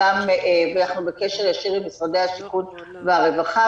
ואנחנו בקשר ישיר עם משרדי השיכון והרווחה,